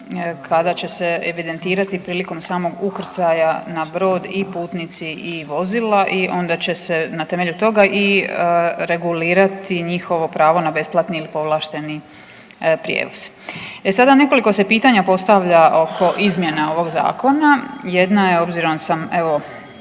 kada će se evidentirati prilikom samog ukrcaja na brod i putnici i vozila i onda će se na temelju toga i regulirati njihovo pravo na besplatni povlašteni prijevoz. E sada se nekoliko pitanja postavlja oko izmjena ovog zakona, jedna je obzirom sam evo